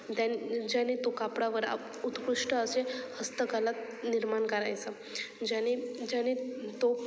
त्यां ज्याने तो कापडावर उत्कृष्ट असे हस्तकला निर्माण करायचा ज्याने ज्याने तो